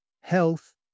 health